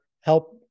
help